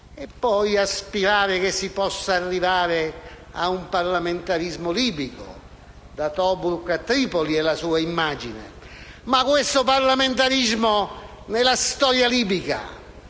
poi aspirare che si possa arrivare ad un parlamentarismo libico, da Tobruk a Tripoli. È la sua immagine. Ma questo parlamentarismo, nella storia libica